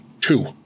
two